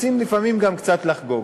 רוצים לפעמים גם קצת לחגוג